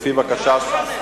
לפי בקשה,